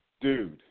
Dude